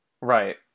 Right